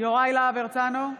יוראי להב הרצנו,